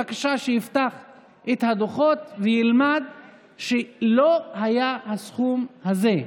בבקשה שיפתח את הדוחות וילמד שלא היה הסכום הזה.